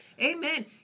Amen